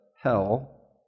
hell